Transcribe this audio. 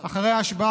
אחרי ההשבעה,